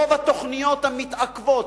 רוב התוכניות מתעכבות,